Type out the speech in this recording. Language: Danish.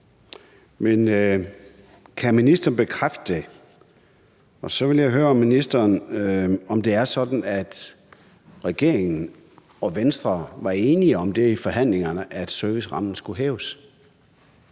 kan ministeren bekræfte det? Og så vil jeg høre ministeren, om det var sådan, at regeringen og Venstre var enige om det i forhandlingerne, altså at servicerammen skulle hæves.